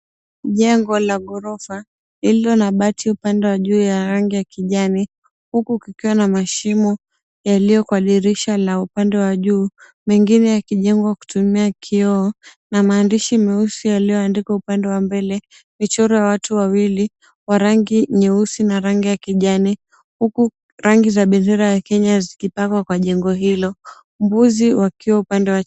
Jengo la ghorofa lililo na bati upande wa juu ya rangi ya kijani huku kikiwa na mashimo yaliyo kwa dirisha la upande wa juu, mengine yakijengwa kutumia kioo na maandishi meusi yaliyoandikwa upande wa mbele, michoro ya watu wawili wa rangi nyeusi na rangi ya kijani huku rangi za bendera ya Kenya zikipakwa kwa jengo hilo. Mbuzi wakiwa upande wa.